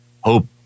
hope